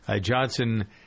Johnson